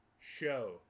show